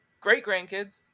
great-grandkids